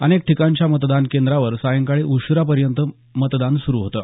अनेक ठिकाणच्या मतदान केंद्रांवर सायंकाळी उशीरापर्यंत मतदान सुरू होतं